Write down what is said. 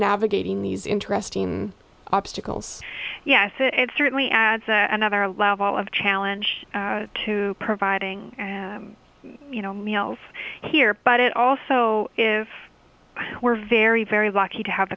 navigating these interesting obstacles yes it certainly adds another level of challenge to providing you know meals here but it also if we're very very lucky to have